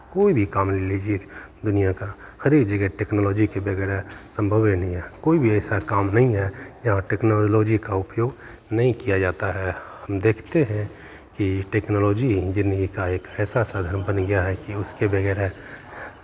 कोई भी काम ले लीजिये दुनियाँ का हर एक जगह टेक्नोलॉजी के वगैरह संभव ही नहीं है कोई भी ऐसा काम नहीं है जहां टेक्नोलॉजी का उपयोग नहीं किया जाता है हम देखते हैं कि टेक्नोलॉजी ही ज़िंदगी का एक ऐसा साधन बन गया है कि उसके बगैर